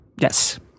Yes